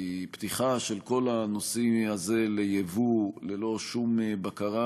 כי פתיחה של כל הנושא הזה ליבוא ללא שום בקרה